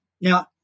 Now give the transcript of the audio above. Now